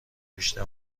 بیشتر